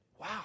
wow